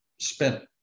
spent